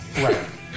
Right